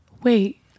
Wait